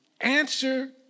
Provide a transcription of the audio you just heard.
answer